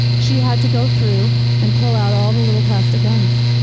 she had to go through and pull out all the little plastic guns.